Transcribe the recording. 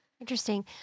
Interesting